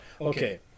Okay